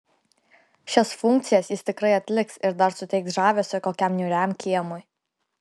šias funkcijas jis tikrai atliks ir dar suteiks žavesio kokiam niūriam kiemui